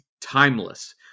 timeless